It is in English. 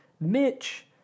Mitch